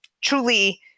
truly